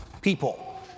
people